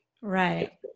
Right